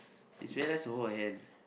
it's very nice to hold her hand